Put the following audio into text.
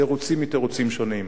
תירוצים מתירוצים שונים.